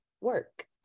work